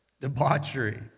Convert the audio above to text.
debauchery